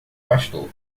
pastor